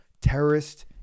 terrorist